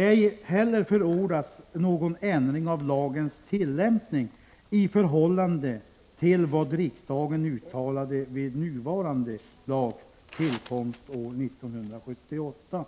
Ej heller förordas någon ändring av lagens tillämpning i förhållande till vad riksdagen uttalade vid nuvarande lags tillkomst år 1978.